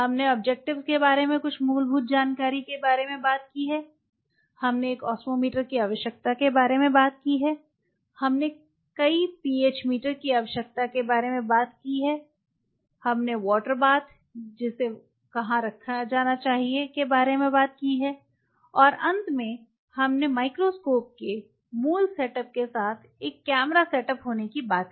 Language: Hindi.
हमने ओब्जेक्टिवेस के बारे में कुछ मूलभूत जानकारी के बारे में बात की है हमने एक ओस्मोमीटर की आवश्यकता के बारे में बात की है हमने कई पीएच मीटर की आवश्यकता के बारे में बात की है हमने वाटर बाथ जिसे वहां रखा जाना है के बारे में बात की है और अंत में हमने माइक्रोस्कोप के मूल सेटअप के साथ एक कैमरा सेटअप होने की बात की